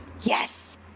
Yes